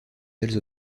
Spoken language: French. telles